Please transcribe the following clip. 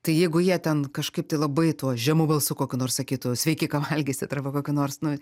tai jeigu jie ten kažkaip tai labai tuo žemu balsu kokiu nors sakytų sveiki ka valgysit arba kokiu nors nu